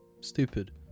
stupid